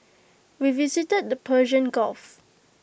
we visited the Persian gulf